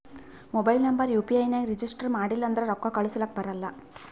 mobile number U P I ನಾಗ್ register ಮಾಡಿಲ್ಲ ಅಂದುರ್ ರೊಕ್ಕಾ ಕಳುಸ್ಲಕ ಬರಲ್ಲ